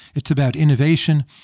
it's about innovation.